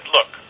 Look